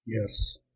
yes